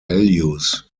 values